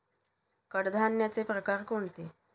कडधान्याचे प्रकार कोणते?